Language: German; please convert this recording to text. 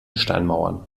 steinmauern